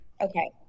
okay